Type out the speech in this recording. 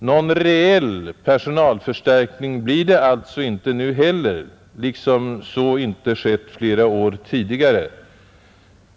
Liksom flera år tidigare blir det inte någon reell personalförstärkning nu heller.